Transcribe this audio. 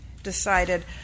Decided